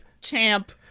Champ